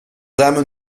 âmes